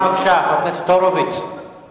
חבר הכנסת הורוביץ, בבקשה.